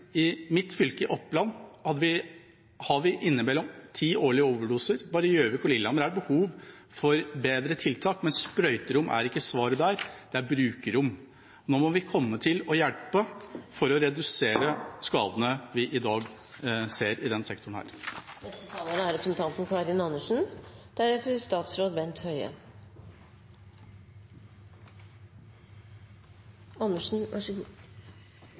I mitt fylke, Oppland, har vi innimellom ti overdoser årlig. Bare i Gjøvik og Lillehammer er det behov for bedre tiltak, men sprøyterom er ikke svaret der, det er brukerrom. Nå må vi komme til og hjelpe for å redusere skadene vi i dag ser i denne sektoren. Først vil jeg si takk til forslagsstillerne for et viktig forslag. Alvorlig, sa representanten